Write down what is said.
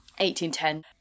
1810